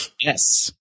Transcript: Yes